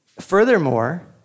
Furthermore